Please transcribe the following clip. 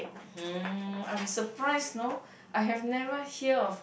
hmm I'm surprised you know I have never hear of